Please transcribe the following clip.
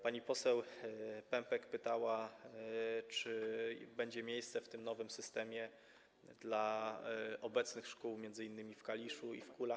Pani poseł Pępek pytała: Czy będzie miejsce w tym nowym systemie dla obecnych szkół, m.in. w Kaliszu i Kulach?